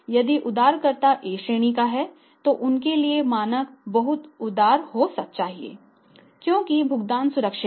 यदि उधारकर्ता A श्रेणी का है तो उनके लिए मानक बहुत उदार होना चाहिए क्योंकि भुगतान सुरक्षित है